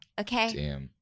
okay